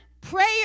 Prayer